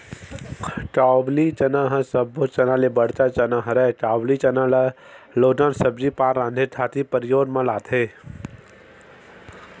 काबुली चना ह सब्बो चना ले बड़का चना हरय, काबुली चना ल लोगन सब्जी पान राँधे खातिर परियोग म लाथे